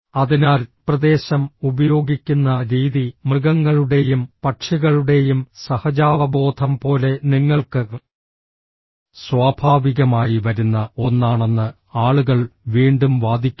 അതിനാൽ പ്രദേശം ഉപയോഗിക്കുന്ന രീതി മൃഗങ്ങളുടെയും പക്ഷികളുടെയും സഹജാവബോധം പോലെ നിങ്ങൾക്ക് സ്വാഭാവികമായി വരുന്ന ഒന്നാണെന്ന് ആളുകൾ വീണ്ടും വാദിക്കുന്നു